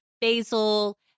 Basil